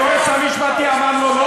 היועץ המשפטי אמר לו לא